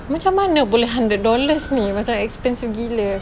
macam mana boleh hundred dollars ni macam expensive gila